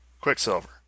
Quicksilver